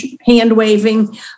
hand-waving